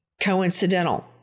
coincidental